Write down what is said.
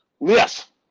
Yes